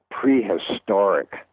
prehistoric